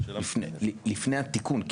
לפני התיקון.